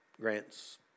grants